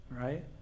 right